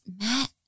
Matt